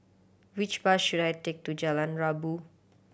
which bus should I take to Jalan Rabu